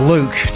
Luke